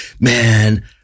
Man